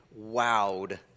wowed